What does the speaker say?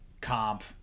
comp